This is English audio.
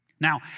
Now